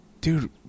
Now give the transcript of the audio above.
dude